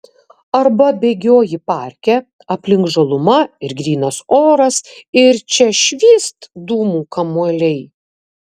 arba bėgioji parke aplink žaluma ir grynas oras ir čia švyst dūmų kamuoliai